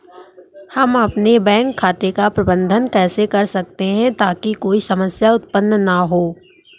हम अपने बैंक खाते का प्रबंधन कैसे कर सकते हैं ताकि कोई समस्या उत्पन्न न हो?